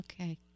Okay